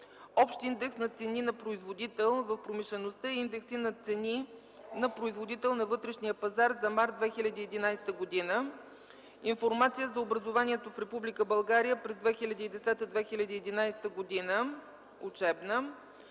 общ индекс на цени на производител в промишлеността и индекси на цени на производител на вътрешния пазар за м. март 2011 г.; – информация за образованието в Република България през 2010/2011 учебна